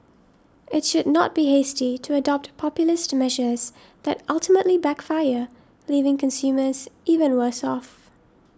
it should not be hasty to adopt populist measures that ultimately backfire leaving consumers even worse off